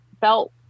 felt